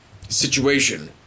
situation